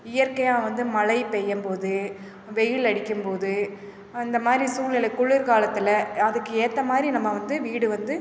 இயற்கையாக வந்து மழை பெய்யும் போது வெயில் அடிக்கும் போது அந்த மாதிரி சூழல் குளிர் காலத்தில் அதுக்கேற்ற மாதிரி நம்ம வந்து வீடு வந்து